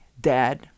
dad